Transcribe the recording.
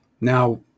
Now